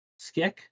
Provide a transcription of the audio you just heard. Skick